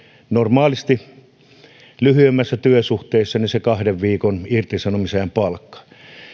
normaalisti lyhyemmässä työsuhteessa kahden viikon irtisanomisajan palkka